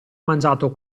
mangiato